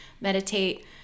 meditate